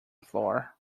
floor